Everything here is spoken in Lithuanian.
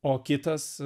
o kitas